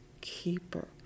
keeper